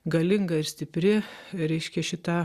galinga ir stipri reiškia šita